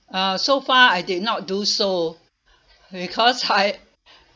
uh so far I did not do so because I